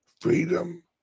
freedom